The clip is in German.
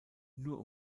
nur